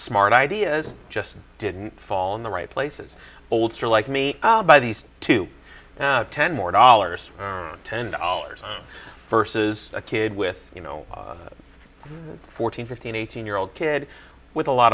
smart ideas just didn't fall in the right places oldster like me by these two ten more dollars ten dollars on versus a kid with you know fourteen fifteen eighteen year old kid with a lot